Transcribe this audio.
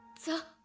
sir.